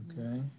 Okay